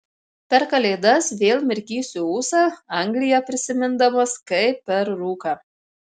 per kalėdas vėl mirkysiu ūsą angliją prisimindamas kaip per rūką